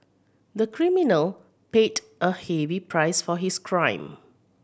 the criminal paid a heavy price for his crime